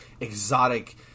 exotic